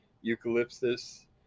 eucalyptus